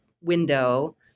window